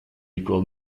equal